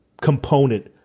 component